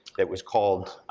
that was called,